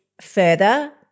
further